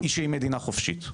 היא שהיא מדינה חופשית.